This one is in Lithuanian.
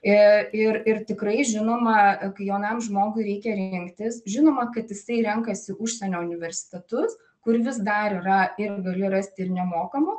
ir ir ir tikrai žinoma kai jaunam žmogui reikia rinktis žinoma kad jisai renkasi užsienio universitetus kur vis dar yra irgi gali rasti ir nemokamų